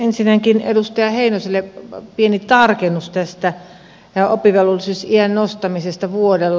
ensinnäkin edustaja heinoselle pieni tarkennus tästä oppivelvollisuusiän nostamisesta vuodella